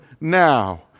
now